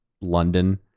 London